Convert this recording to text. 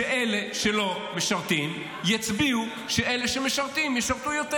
שאלה שלא משרתים יצביעו על כך שאלה שמשרתים ישרתו יותר.